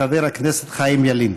חבר הכנסת חיים ילין.